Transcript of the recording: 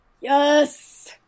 Yes